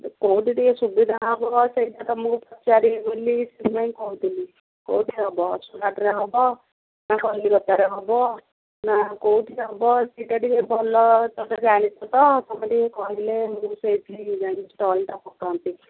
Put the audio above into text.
କୋଉଠି ଟିକିଏ ସୁବିଧା ହେବ ସେଇଟା ତୁମକୁ ପଚାରିବି ବୋଲି ସେଥିପାଇଁ କହୁଥିଲି କୋଉଠି ହେବ ସୁରଟରେ ହେବ ନା କଲିକତାରେ ହେବ ନା କୋଉଠି ହେବ ସେଇଟା ଟିକେ ଭଲ ତୁମେ ଜାଣିଥିବ ତ ତୁମେ ଟିକେ କହିଲେ ମୁଁ ସେଇଠି ଷ୍ଟଲଟା ପକାନ୍ତି